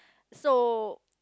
so